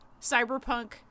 cyberpunk